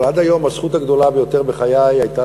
אבל עד היום הזכות הגדולה ביותר בחיי הייתה